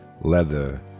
leather